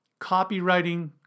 copywriting